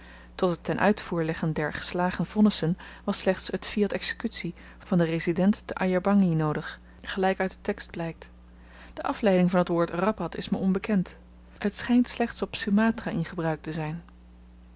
tot het ten uitvoer leggen der geslagen vonnissen was slechts het fiat exekutie van den resident te ayer bangie noodig gelyk uit den tekst blykt de afleiding van t woord rappat is me onbekend het schynt slechte op sumatra in gebruik te zyn